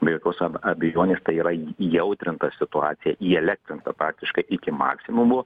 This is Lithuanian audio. be jokios abejonės tai yra įjautrinta situacija įelektrinta praktiškai iki maksimumo